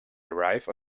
arrive